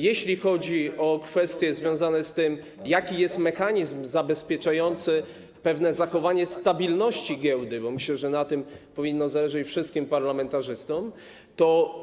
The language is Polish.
Jeśli chodzi o kwestie związane z tym, jaki jest mechanizm zabezpieczający pewne zachowanie stabilności giełdy - myślę, że na tym powinno zależeć wszystkim parlamentarzystom - to